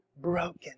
broken